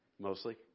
Mostly